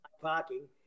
parking